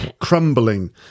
crumbling